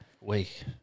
week